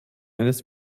eines